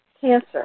cancer